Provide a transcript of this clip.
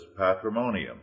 patrimonium